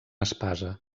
espasa